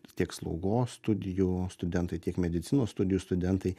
tiek slaugos studijų studentai tiek medicinos studijų studentai